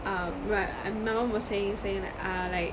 um wha~ ah my mum was saying saying like ah like